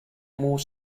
more